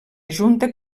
junta